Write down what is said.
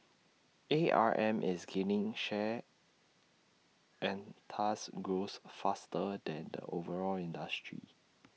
A R M is gaining share and thus grows faster than the overall industry